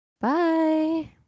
Bye